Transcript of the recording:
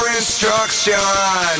instruction